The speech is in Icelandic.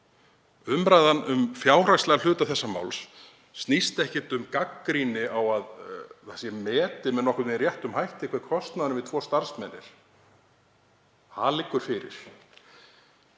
Umræðan um fjárhagslegan hluta þessa máls snýst ekkert um gagnrýni á að það sé metið með nokkurn veginn réttum hætti hver kostnaðurinn við tvo starfsmenn er. Það liggur fyrir.